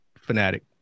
fanatic